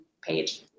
page